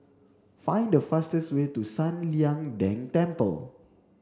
find the fastest way to San Lian Deng Temple